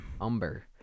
Umber